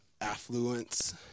affluence